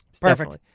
Perfect